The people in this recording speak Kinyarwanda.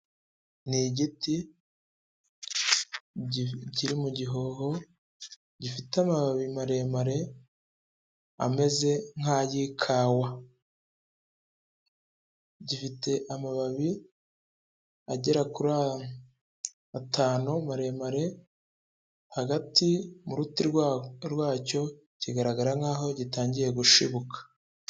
Ni igiti kiri mu gihoho gifite amababi maremare ameze nk'ay'ikawa, gifite amababi agera kuri atanu maremare hagati mu ruti rwacyo kigaragara nk'aho gitangiye gushibuka.